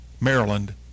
Maryland